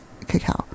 cacao